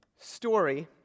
story